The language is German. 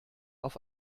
auf